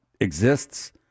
exists